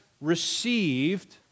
received